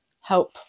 help